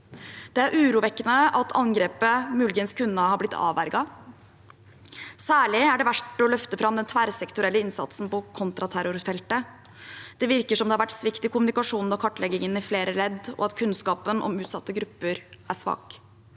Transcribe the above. Det er urovekkende at angrepet muligens kunne ha blitt avverget. Særlig er det verdt å løfte fram den tverrsektorielle innsatsen på kontraterrorfeltet. Det virker som det har vært svikt i kommunikasjonen og kartleggingen i flere ledd, og at kunnskapen om utsatte grupper er svak.